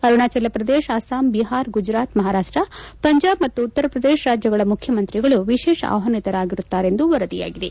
ಅರುಣಾಚಲ ಪ್ರದೇಶ ಅಸ್ಸಾಂ ಬಿಹಾರ್ ಗುಜರಾತ್ ಮಹಾರಾಷ್ಟ ಪಂಜಾಬ್ ಮತ್ತು ಉತ್ತರ ಪ್ರದೇಶ ರಾಜ್ಯಗಳ ಮುಖ್ಯಮಂತ್ರಿಗಳು ವಿಶೇಷ ಆಡ್ಡಾನಿತರಾಗಿರುತ್ತಾರೆ ಎಂದು ವರದಿಯಾಗಿದೆ